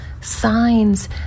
signs